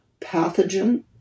pathogen